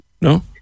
No